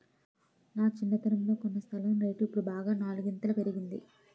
నా చిన్నతనంలో కొన్న స్థలం రేటు ఇప్పుడు బాగా నాలుగింతలు పెరిగింది